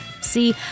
See